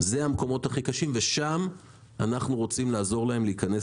אלה המקומות הכי קשים ושם אנחנו רוצים לעזור להם להיכנס